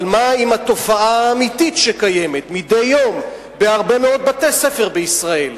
אבל מה עם התופעה האמיתית שקיימת מדי יום בהרבה מאוד בתי-ספר בישראל?